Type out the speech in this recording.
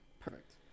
Perfect